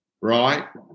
right